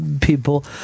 people